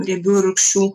riebiųjų rūgščių